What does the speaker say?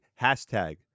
hashtag